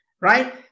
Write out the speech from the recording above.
Right